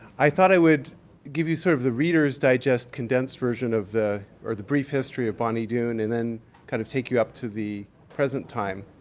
i thought i would give you sort of the reader's digest condensed version of the, or the brief history of bonny doon and then kind of take you up to the present time.